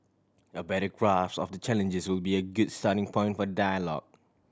a better grasp of the challenges will be a good starting point for dialogue